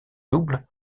double